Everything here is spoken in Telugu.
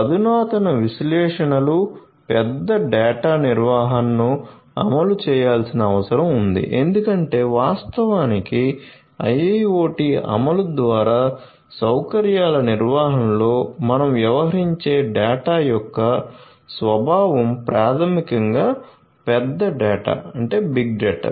అధునాతన విశ్లేషణలు పెద్ద డేటా నిర్వహణను అమలు చేయాల్సిన అవసరం ఉంది ఎందుకంటే వాస్తవానికి IIoT అమలు ద్వారా సౌకర్యాల నిర్వహణలో మనం వ్యవహరించే డేటా యొక్క స్వభావం ప్రాథమికంగా పెద్ద డేటా